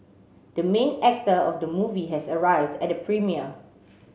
the main actor of the movie has arrived at the premiere